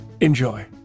Enjoy